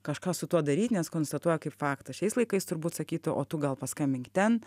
kažką su tuo daryt nes konstatuoja kaip faktą šiais laikais turbūt sakytų o tu gal paskambink ten